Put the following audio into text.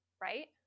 right